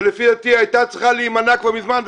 שלפי דעתי הייתה צריכה להימנע כבר מזמן,